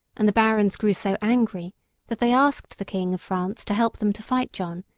and the barons grew so angry that they asked the king of france to help them to fight john,